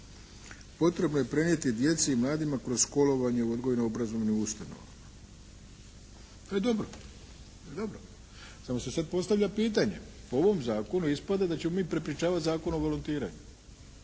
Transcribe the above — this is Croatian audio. potrebno je prenijeti djeci i mladima kroz školovanje u odgojno obrazovnim ustanovama. To je dobro. Samo se sada postavlja pitanje, po ovom zakonu ispada da ćemo mi prepričavati Zakon o volontiranju,